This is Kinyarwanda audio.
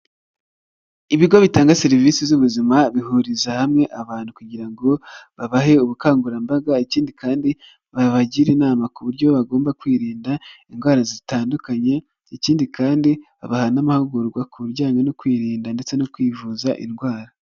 Ibigo bitanga serivisi z'ubuzima, bihuriza hamwe abantu kugira ngo babahe ubukangurambaga, ikindi kandi babagire inama ku buryo bagomba kwirinda indwara zitandukanye, ikindi kandi babaha n'amahugurwa ku bijyanye no kwirinda ndetse no kwivuza indwara.